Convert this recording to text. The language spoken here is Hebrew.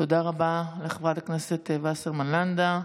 תודה רבה לחברת הכנס וסרמן לנדה.